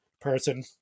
person